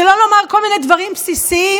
שלא נאמר כל מיני דברים בסיסיים,